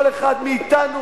כל אחד מאתנו